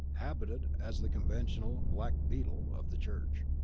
habited as the conventional black beetle of the church,